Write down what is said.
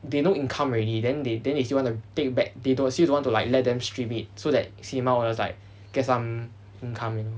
they no income already then they then they still want to take back they don't still don't want to like let them stream it so that cinema owners like get some income